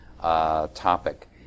topic